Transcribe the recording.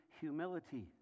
humility